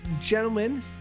gentlemen